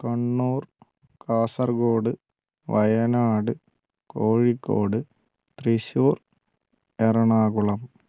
Kannur Kasaragod Wayanad Kozhikode Thrissur Ernakulam